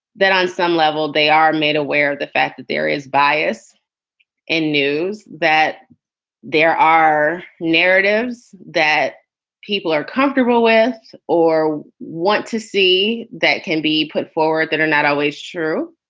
that on some level they are made aware of the fact that there is bias in news, that there are narratives that people are comfortable with or want to see that can be put forward that are not always true.